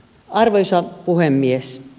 arvoisa puhemies